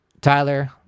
Tyler